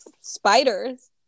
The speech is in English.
spiders